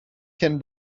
can